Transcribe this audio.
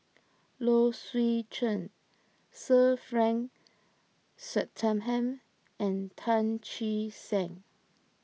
Low Swee Chen Sir Frank Swettenham and Tan Che Sang